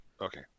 Okay